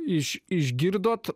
iš išgirdot